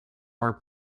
are